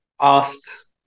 asked